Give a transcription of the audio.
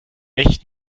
echt